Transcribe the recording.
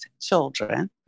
children